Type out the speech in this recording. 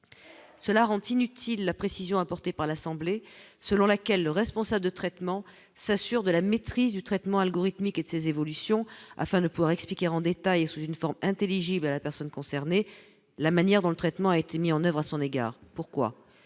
cela rend inutile la précision apportée par l'assemblée, selon laquelle le responsable de traitement s'assure de la maîtrise du traitement algorithmique et ses évolutions afin de pouvoir expliquer d'État et sous une forme intelligible à la personne concernée, la manière dont le traitement a été mis en oeuvre à son égard : pourquoi,